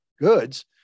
goods